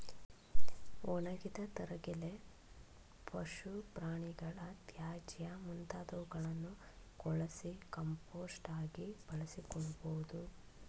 ಒಣಗಿದ ತರಗೆಲೆ, ಪಶು ಪ್ರಾಣಿಗಳ ತ್ಯಾಜ್ಯ ಮುಂತಾದವುಗಳನ್ನು ಕೊಳಸಿ ಕಾಂಪೋಸ್ಟ್ ಆಗಿ ಬಳಸಿಕೊಳ್ಳಬೋದು